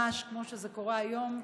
כמו שזה קורה היום,